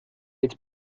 jetzt